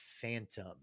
phantom